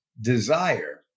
desire